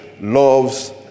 Loves